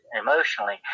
emotionally